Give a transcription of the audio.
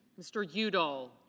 mr. udall.